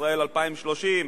ישראל 2030,